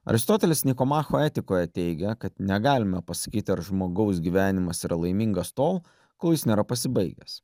aristotelis niko macho etikoje teigia kad negalime pasakyti ar žmogaus gyvenimas yra laimingas tol kol jis nėra pasibaigęs